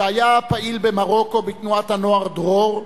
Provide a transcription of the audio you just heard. שהיה פעיל במרוקו בתנועת הנוער "דרור",